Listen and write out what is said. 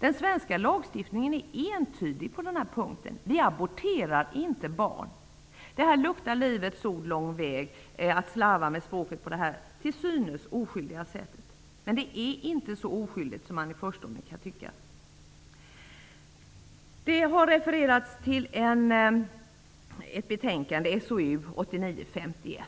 Den svenska lagstiftningen är entydig på denna punkt. Vi aborterar inte barn. Att slarva med språket på detta till synes oskyldiga sätt luktar Livets ord lång väg. Men det är inte så oskyldigt som det i förstone kan tyckas. Det har refererats till ett betänkande, SOU 89:51,